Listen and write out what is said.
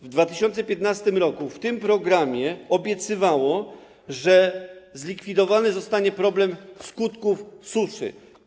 W 2015 r. w tym programie obiecywało, że zlikwidowany zostanie problem skutków suszy.